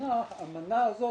הראשונה האמנה הזאת